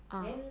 uh